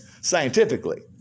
scientifically